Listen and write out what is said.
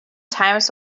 times